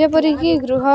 ଯେପରି କି ଗୃହ